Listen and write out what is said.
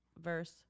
verse